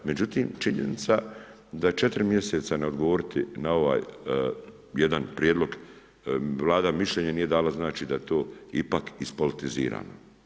Međutim činjenica da 4 mjeseca ne odgovoriti na ovaj jedan prijedlog, Vlada mišljenje nije dala, znači da to ipak ispolitizirano.